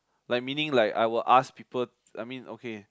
like meaning like I will ask people I mean okay